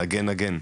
נגן נגן,